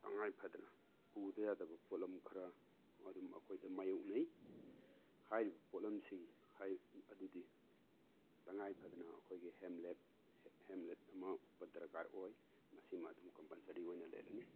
ꯇꯉꯥꯏ ꯐꯗꯅ ꯄꯨꯗ ꯌꯥꯗꯕ ꯄꯣꯠꯂꯝ ꯈꯔ ꯑꯗꯨꯝ ꯑꯩꯈꯣꯏꯗ ꯃꯥꯏꯌꯣꯛꯅꯩ ꯍꯥꯏꯔꯤꯕ ꯄꯣꯠꯂꯝꯁꯤꯡ ꯑꯗꯨꯗꯤ ꯇꯉꯥꯏ ꯐꯗꯅ ꯑꯩꯈꯣꯏꯒꯤ ꯍꯦꯝꯂꯦꯠ ꯍꯦꯝꯂꯦꯠ ꯑꯃ ꯎꯞꯄ ꯗꯔꯀꯥꯔ ꯑꯣꯏ ꯃꯁꯤꯃ ꯑꯗꯨꯝ ꯀꯝꯄꯜꯁꯔꯤ ꯑꯣꯏꯅ ꯂꯩꯔꯅꯤ